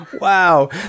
Wow